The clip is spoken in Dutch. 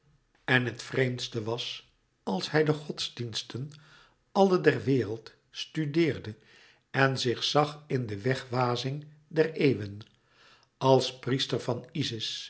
en het vreemdste was als hij de godsdiensten alle der wereld studeerde en zich zag in de wegwazing der eeuwen als priester van